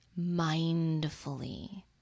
mindfully